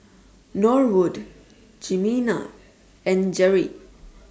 Norwood Jimena and Jerri